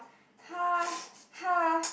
haha